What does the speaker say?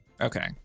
Okay